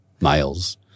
males